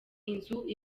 inzu